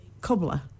cobbler